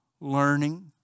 learning